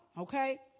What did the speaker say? okay